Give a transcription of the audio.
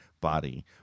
body